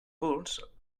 curs